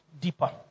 deeper